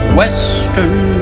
western